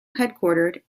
headquartered